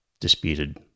disputed